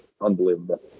unbelievable